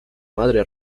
madre